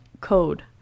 code